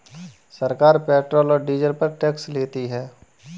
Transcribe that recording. सरकार पेट्रोल और डीजल पर टैक्स लेती है